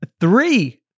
three